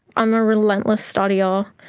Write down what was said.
i'm a relentless studier.